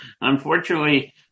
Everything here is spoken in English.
unfortunately